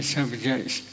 Subjects